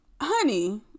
Honey